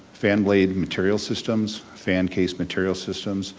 fan blade material systems, fan case material systems,